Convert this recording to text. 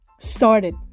started